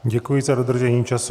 Děkuji za dodržení času.